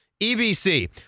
EBC